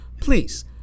please